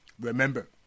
Remember